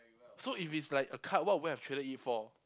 so if it's like a card what would you have traded it for